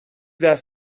that